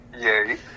Yay